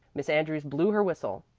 miss andrews blew her whistle.